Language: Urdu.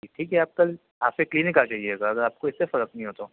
ٹھیک ہے آپ کل آپ پھر کلینک آ جائیے گا اگر آپ کو اس سے فرق نہیں ہو تو